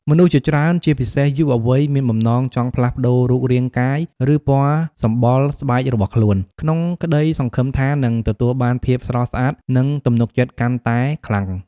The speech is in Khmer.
មនុស្សជាច្រើន ជាពិសេសយុវវ័យ មានបំណងចង់ផ្លាស់ប្តូររូបរាងកាយ ឬពណ៌សម្បុរស្បែករបស់ខ្លួន ក្នុងក្តីសង្ឃឹមថានឹងទទួលបានភាពស្រស់ស្អាត និងទំនុកចិត្តកាន់តែខ្លាំង។